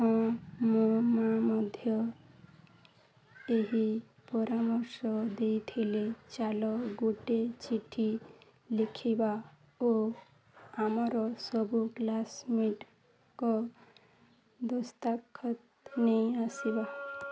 ହଁ ମୋ ମା ମଧ୍ୟ ଏହି ପରାମର୍ଶ ଦେଉଥିଲେ ଚାଲ ଗୋଟିଏ ଚିଠି ଲେଖିବା ଓ ଆମର ସବୁ କ୍ଳାସମେଟ୍ଙ୍କ ଦସ୍ତଖତ ନେଇ ଆସିବା